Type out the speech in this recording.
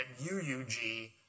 UUG